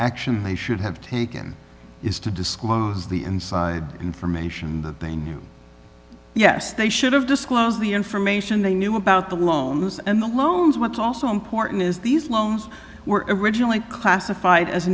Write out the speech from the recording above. action they should have taken is to disclose the inside information that they knew yes they should have disclosed the information they knew about the loans and the loans what's also important is these loan were originally classified as